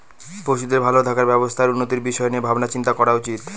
পশুদের ভালো থাকার ব্যবস্থা আর উন্নতির বিষয় নিয়ে ভাবনা চিন্তা করা উচিত